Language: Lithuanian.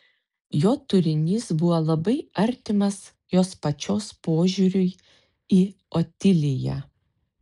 jo turinys buvo labai artimas jos pačios požiūriui į otiliją